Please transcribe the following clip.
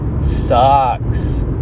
sucks